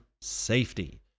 safety